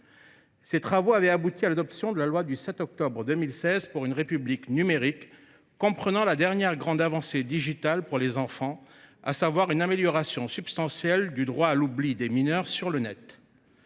Ces travaux avaient abouti à l’adoption de la loi du 7 octobre 2016 pour une République numérique, qui a permis la dernière grande avancée pour les enfants dans ce domaine, à savoir une amélioration substantielle du droit à l’oubli des mineurs sur internet.